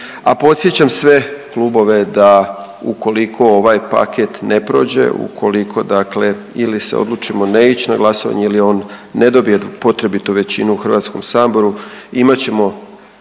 A podsjećam sve klubove da ukoliko ovaj paket ne prođe, ukoliko dakle ili se odlučimo ne ići na glasovanje ili on ne dobije potrebitu većinu u Hrvatskom saboru imat ćemo